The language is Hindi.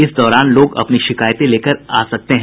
इस दौरान लोग अपनी शिकायतें लेकर जा सकते हैं